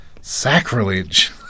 Sacrilege